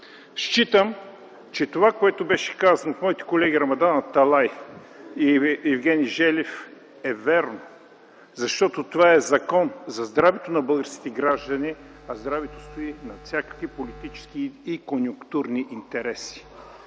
считам, че това, което беше казано от моите колеги Рамадан Аталай и Евгений Желев, е вярно. Защото това е Закон за здравето на българските граждани, а здравето стои над всякакви политически и конюнктурни интереси.